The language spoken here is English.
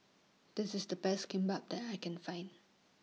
This IS The Best Kimbap that I Can Find